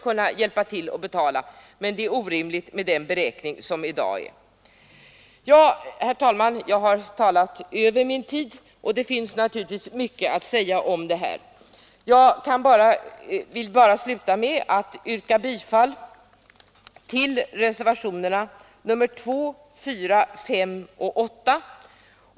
Men den beräkning som nu görs är orimlig. Herr talman! Jag har talat längre än jag hade angivit — det finns naturligtvis mycket att säga om det här. Jag vill sluta med att yrka bifall till reservationerna 2, 4, 5 och 8.